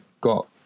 got